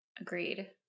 Agreed